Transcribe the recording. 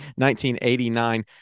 1989